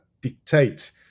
dictate